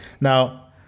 now